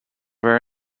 were